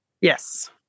Yes